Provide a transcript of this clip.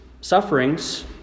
sufferings